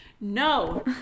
no